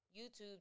YouTube